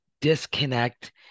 disconnect